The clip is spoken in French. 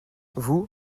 vous